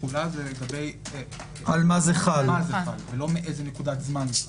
תחולה זה על מה זה חל ולא מאיזו נקודת זמן.